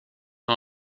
dan